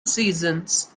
seasons